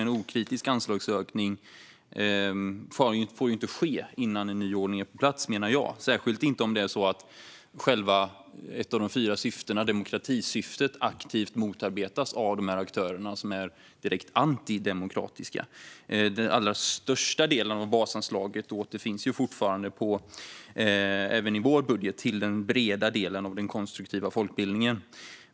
En okritisk anslagsökning får inte ske innan en nyordning är på plats, menar jag - särskilt inte om ett av de fyra syftena, nämligen demokratisyftet, aktivt motarbetas av dessa aktörer som är direkt antidemokratiska. Den allra största delen av basanslaget återfinns fortfarande även i vår budget till den breda delen och den konstruktiva folkbildningen.